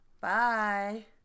Bye